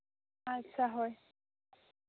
ᱟᱪᱪᱷᱟ ᱦᱳᱭ